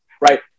right